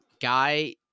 Guy